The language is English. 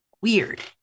Weird